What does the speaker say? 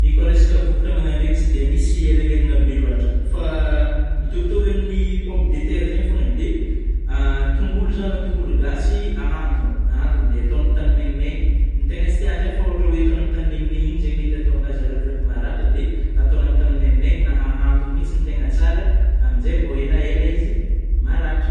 Io kôa resaky vôkatry manadreny tsy de misy elanelagna be loatra fa mitôvitôvy amin'ny pomme de terre zegny foagnany, de tongolo zao na tongolo gasy ahantogna ahantogno oh, de atao amin'ny tany maimainy, ny tegna tsy tiagny izay fô ôhatra hoe atao amin'ny tany lenileny iny izay mety ahatonga azy alalaky maratra de atao amin'ny tany maimaigna, na ahantogna mihintsy no tena tsara amzegny, mbo eleaela izy maratra.